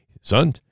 son